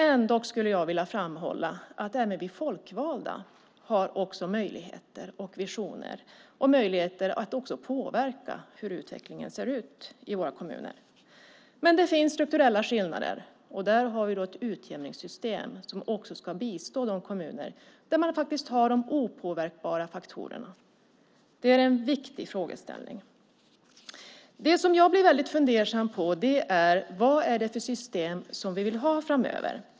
Ändå skulle jag vilja framhålla att även vi folkvalda har visioner och har möjligheter att påverka utvecklingen i våra kommuner. Men det finns strukturella skillnader. Där har vi ett utjämningssystem som ska bistå de kommuner där man har de opåverkbara faktorerna. Det är en viktig fråga. Det som jag blir fundersam över är vad det är för system som vi vill ha framöver.